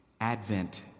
Advent